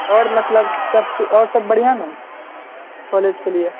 आओर मतलब सभ आओर सभ बढ़िऑं ने कॉलेजके लिए